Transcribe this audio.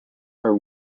are